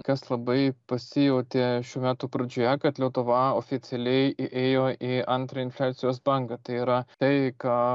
kas labai pasijautė šių metų pradžioje kad lietuva oficialiai įėjo į antrą infliacijos bangą tai yra tai ką